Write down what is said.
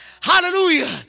hallelujah